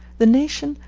the nation,